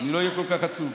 אני לא אהיה כל כך עצוב.